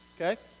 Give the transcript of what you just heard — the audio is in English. Okay